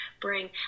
bring